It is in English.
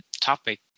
topic